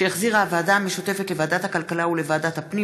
שהחזירה הוועדה המשותפת לוועדת הכלכלה ולוועדת הפנים